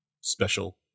special